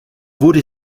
wurde